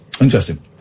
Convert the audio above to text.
Interesting